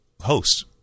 hosts